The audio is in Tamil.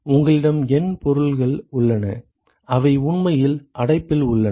உங்களிடம் N பொருள்கள் உள்ளன அவை உண்மையில் அடைப்பில் உள்ளன